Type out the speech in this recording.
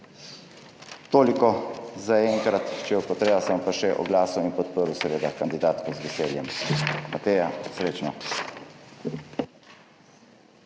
Toliko zaenkrat, če bo pa treba, se bom pa še oglasil in podprl seveda kandidatko z veseljem. Mateja, srečno.